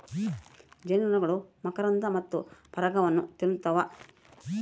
ಜೇನುನೊಣಗಳು ಮಕರಂದ ಮತ್ತೆ ಪರಾಗವನ್ನ ತಿನ್ನುತ್ತವ